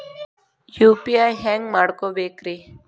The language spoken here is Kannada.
ಯು.ಪಿ.ಐ ಹ್ಯಾಂಗ ಮಾಡ್ಕೊಬೇಕ್ರಿ?